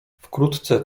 wkrótce